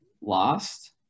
lost